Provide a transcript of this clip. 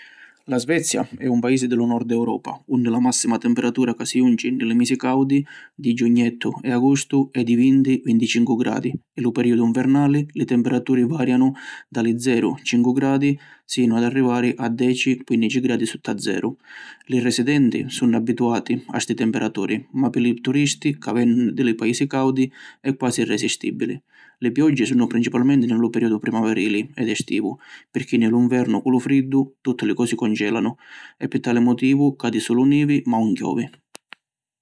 La Svezia è un paisi di lu nord Europa unni la massima temperatura ca si junci ni li misi caudi di giugnettu e agustu è di vinti - vinticincu gradi, e lu periodu nvernali li temperaturi varianu da li zeru - cincu gradi sinu ad arrivari a deci - quinnici gradi sutta zeru. Li residenti sunnu abbituati a ‘sti temperaturi ma pi li turisti ca vennu di paisi caudi, è quasi irresistibili. Li pioggi sunnu principalmenti ni lu periodi primaverili ed estivu pirchì ni lu nvernu cu lu friddu, tutti li cosi congelanu e pi tali motivu cadi sulu nivi ma ‘un chiovi.